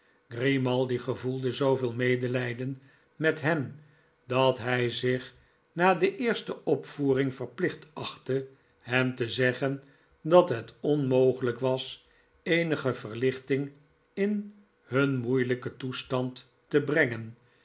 grimaldi gevoelde zooveel medelijden met hen dat hi zich na de eerste opvoering verplicht achtte hen te zeggen dat het onmogelijk was eenige verlichting in hun moeielijken toestand te brengen